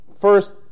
first